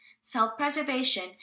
Self-preservation